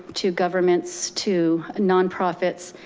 to governments, to nonprofits,